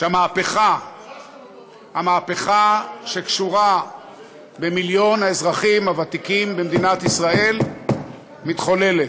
שהמהפכה שקשורה במיליון האזרחים הוותיקים במדינת ישראל מתחוללת.